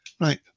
right